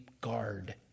guard